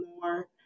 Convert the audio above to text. more